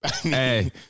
Hey